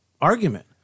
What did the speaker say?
argument